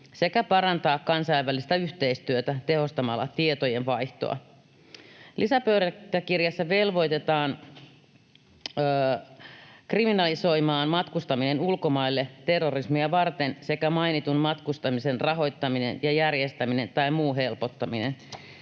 sekä parantaa kansainvälistä yhteistyötä tehostamalla tietojenvaihtoa. Lisäpöytäkirjassa velvoitetaan kriminalisoimaan matkustaminen ulkomaille terrorismia varten sekä mainitun matkustamisen rahoittaminen ja järjestäminen tai muu helpottaminen.